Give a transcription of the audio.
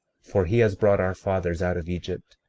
for he has brought our fathers out of egypt,